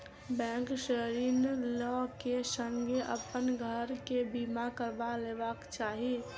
bank से ऋण लै क संगै अपन घर के बीमा करबा लेबाक चाही